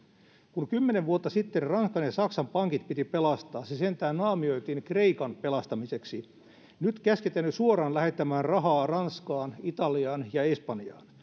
kun kymmenen vuotta sitten ranskan ja saksan pankit piti pelastaa se sentään naamioitiin kreikan pelastamiseksi nyt käsketään jo suoraan lähettämään rahaa ranskaan italiaan ja espanjaan